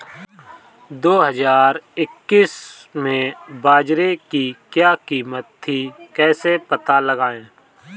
दो हज़ार इक्कीस में बाजरे की क्या कीमत थी कैसे पता लगाएँ?